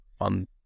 on